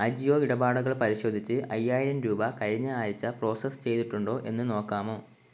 അജിയോ ഇടപാടുകൾ പരിശോധിച്ച് അയ്യായിരം രൂപ കഴിഞ്ഞ ആഴ്ച പ്രോസസ്സ് ചെയ്തിട്ടുണ്ടോ എന്ന് നോക്കാമോ